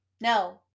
No